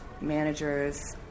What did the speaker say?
managers